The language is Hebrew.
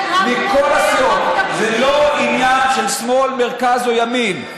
זה לא עניין של שמאל, מרכז או ימין.